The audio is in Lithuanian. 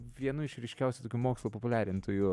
vienu iš ryškiausių tokių mokslo populiarintojų